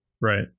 right